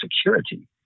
security